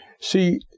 See